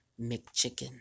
McChicken